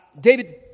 David